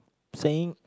saying